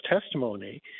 testimony